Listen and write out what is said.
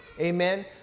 amen